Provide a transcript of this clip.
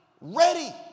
ready